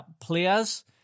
players